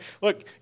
Look